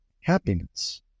Happiness